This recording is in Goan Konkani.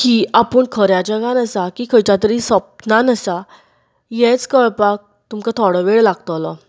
की आपूण खऱ्या जगान आसा की खंयच्या तरी स्वपनान आसा हेंच कळपाक तुमकां थोडो वेळ लागतलो